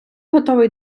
готовий